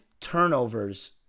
turnovers